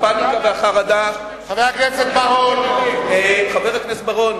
הפניקה והחרדה, ראש הממשלה, חבר הכנסת בר-און,